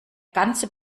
ganze